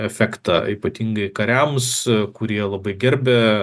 efektą ypatingai kariams kurie labai gerbia